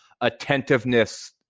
attentiveness